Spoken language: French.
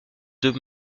deux